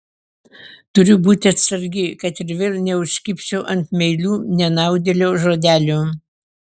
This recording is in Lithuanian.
turiu būti atsargi kad ir vėl neužkibčiau ant meilių nenaudėlio žodelių